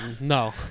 No